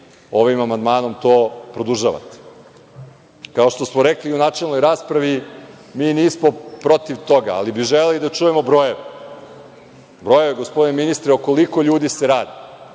ovim amandmanom to produžavate. Kao što smo rekli u načelnoj raspravi, mi nismo protiv toga, ali bi želeli da čujemo brojeve. Brojeve, gospodine ministre, o koliko ljudi se radi,